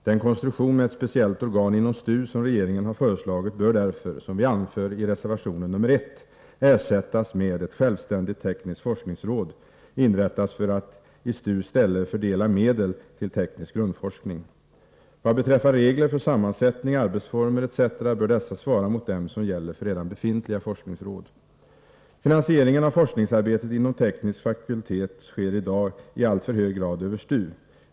Den konstruktion med ett speciellt organ inom STU som regeringen har föreslagit bör därför — som vi anför i reservationen nr 1— ersättas med att ett självständigt tekniskt forskningsråd inrättas för att i STU:s ställe fördela medel till teknisk grundforskning. Regler för sammansättning, arbetsformer etc. bör svara mot dem som gäller för redan befintliga forskningsråd. Finansieringen av forskningsarbetet inom teknisk fakultet sker i dag i alltför hög grad över STU.